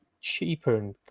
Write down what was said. cheaper